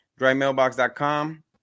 drymailbox.com